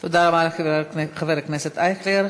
תודה רבה לחבר הכנסת אייכלר.